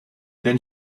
then